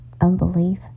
unbelief